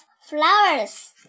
flowers